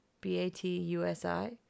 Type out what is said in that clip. b-a-t-u-s-i